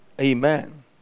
Amen